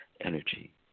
energy